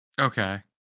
Okay